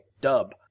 dub